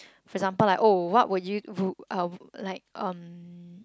for example like oh what would you w~ uh like um